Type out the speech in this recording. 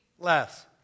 Less